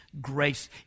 grace